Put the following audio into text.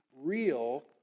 real